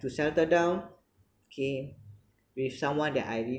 to settle down okay with someone that I really